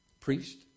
priest